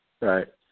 Right